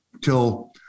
till